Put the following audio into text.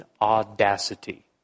audacity